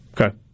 Okay